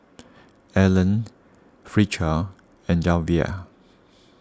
Alan Fletcher and Javier